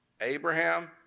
Abraham